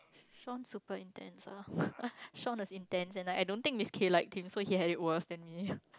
Shaun super intense ah Shawn was intense and like I don't think Miss kay liked him so he had it worse than me